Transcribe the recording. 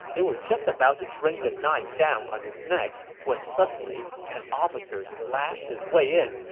they were just about to bring the knife down on his neck when suddenly an officer slashed his way in,